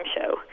show